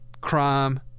crime